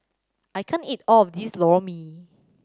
I can't eat all of this Lor Mee